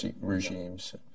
regimes